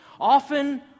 Often